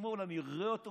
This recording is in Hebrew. אתמול אני רואה אותו,